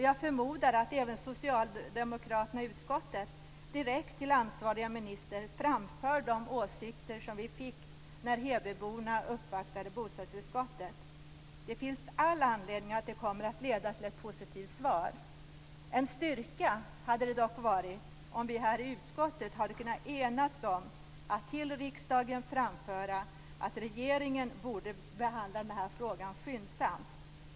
Jag förmodar även att socialdemokraterna i utskottet direkt till ansvarig minister framför de åsikter som vi fick när hebyborna uppvaktade bostadsutskottet. Det finns all anledning att se till att det kommer att leda till ett positivt svar. Det hade dock varit en styrka om vi i utskottet hade kunnat enas om att framföra till riksdagen att regeringen borde behandla den här frågan skyndsamt.